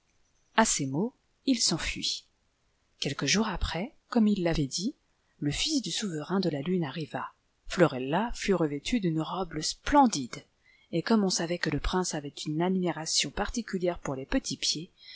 a ces mots il s'enfuit quelques jours après comme il l'avait dit le fils du souverain de la lune arriva florella fut revêtue d'une robe splendide et comme on savait que le prince avait une admiration particulière pour les petits pircls